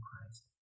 Christ